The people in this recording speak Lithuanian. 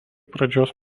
pradžios